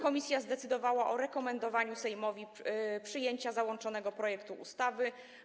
Komisja zdecydowała o rekomendowaniu Sejmowi przyjęcia załączonego projektu ustawy.